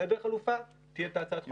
בהיעדר חלופה, תהיה הצעת החוק.